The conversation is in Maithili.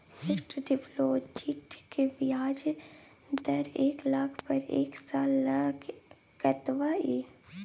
फिक्सड डिपॉजिट के ब्याज दर एक लाख पर एक साल ल कतबा इ?